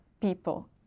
people